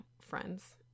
friends